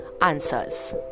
answers